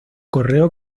correo